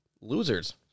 losers